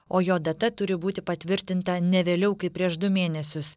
o jo data turi būti patvirtinta ne vėliau kaip prieš du mėnesius